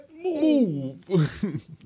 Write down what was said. Move